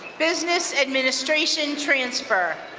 business administration transfer.